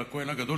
על הכוהן הגדול,